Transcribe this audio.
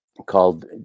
called